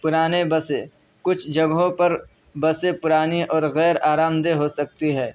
پرانے بسیں کچھ جگہوں پر بسیں پرانی اور غیر آرامدہ ہو سکتی ہے